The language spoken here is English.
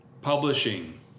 publishing